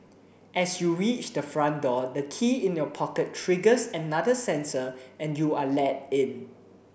as you reach the front door the key in your pocket triggers another sensor and you are let in